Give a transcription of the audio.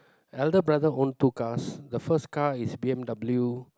elder brother own two cars the first car is B_M_W